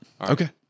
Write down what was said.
Okay